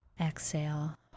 exhale